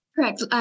Correct